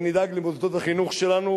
ונדאג למוסדות החינוך שלנו,